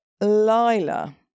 Lila